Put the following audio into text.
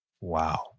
Wow